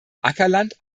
ackerland